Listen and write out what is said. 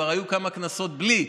כי כבר היו כמה כנסות בלי,